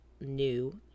new